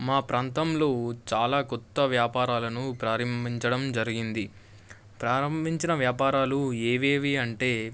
మా ప్రాంతంలో చాలా కొత్త వ్యాపారాలను ప్రారంభించడం జరిగింది ప్రారంభించిన వ్యాపారాలు ఏవేవి అంటే